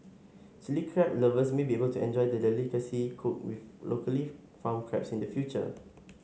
Chilli Crab lovers may be able to enjoy the delicacy cooked with locally farmed crabs in the future